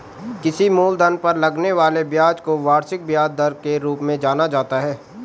किसी मूलधन पर लगने वाले ब्याज को वार्षिक ब्याज दर के रूप में जाना जाता है